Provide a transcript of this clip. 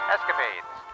Escapades